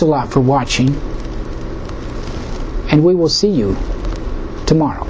a lot for watching and we will see you tomorrow